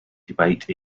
debate